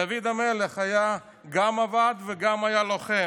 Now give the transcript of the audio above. דוד המלך גם עבד וגם היה לוחם,